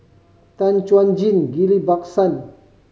Tan Chuan Jin Ghillie Basan